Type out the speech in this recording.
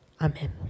Amen